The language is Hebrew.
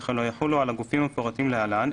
וכן לא יחולו על הגופים המפורטים להלן,